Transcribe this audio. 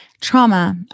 trauma